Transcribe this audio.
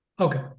Okay